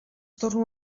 torno